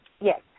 Yes